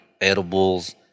edibles